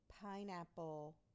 pineapple